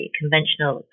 conventional